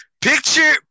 picture